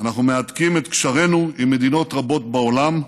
אנחנו מהדקים את קשרינו עם מדינות רבות בעולם,